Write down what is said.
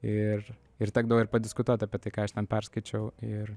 ir ir tekdavo ir padiskutuot apie tai ką aš ten perskaičiau ir